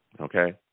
okay